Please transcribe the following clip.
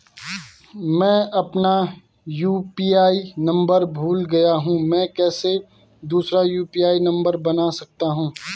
मैं अपना UPI number भूल गया हूँ मैं कैसे दूसरा यु.पी.आई नम्बर बना सकता हूँ?